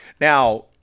Now